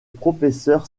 professeur